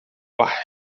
waar